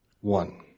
one